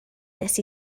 nes